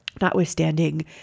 notwithstanding